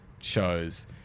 shows